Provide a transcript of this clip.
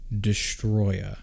destroyer